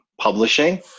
publishing